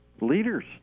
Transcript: leaders